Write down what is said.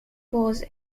was